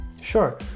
Sure